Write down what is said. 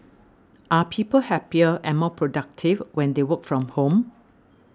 are people happier and more productive when they work from home